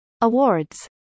awards